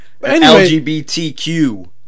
LGBTQ